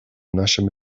нашем